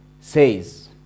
says